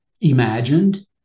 imagined